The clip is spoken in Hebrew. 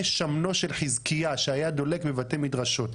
שמנו של חזקיה שהיה דולק בבתי מדרשות.